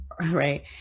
right